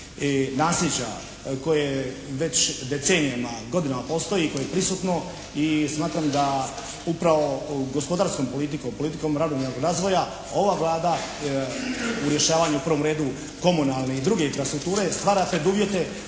nasljeđa koje već decenijama, godinama postoji, koje je prisutno i smatram da upravo gospodarskom politikom, politikom ravnomjernog razvoja ova Vlada u rješavanju u prvom redu komunalne i druge infrastrukture stvara preduvjete